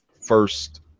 first